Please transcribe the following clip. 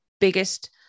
biggest